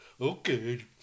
Okay